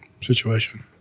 situation